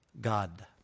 God